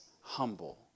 humble